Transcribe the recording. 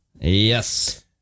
yes